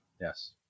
Yes